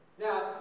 Now